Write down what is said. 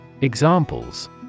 Examples